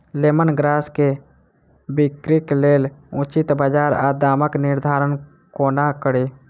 Lemon grass केँ बिक्रीक लेल उचित बजार आ दामक निर्धारण कोना कड़ी?